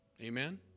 Amen